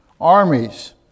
Armies